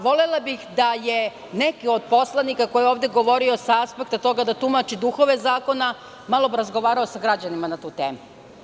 Volela bih da je neki od poslanika, koji je ovde govorio sa aspekta toga da tumači duhove zakona, malo razgovarao sa građanima na tu temu.